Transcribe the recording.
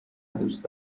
دوست